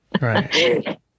Right